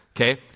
okay